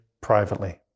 privately